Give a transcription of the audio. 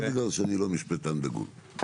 לא בגלל שאני לא משפטן דגול.